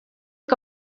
que